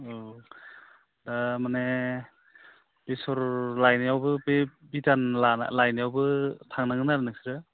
औ दा माने बेसर लायनायावबो बे बिधान लायनायावबो थांनांगोन आरो नोंसोरो